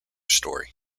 story